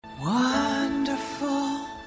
Wonderful